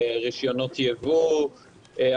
רישיונות ייבוא,